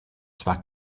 zwar